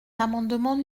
l’amendement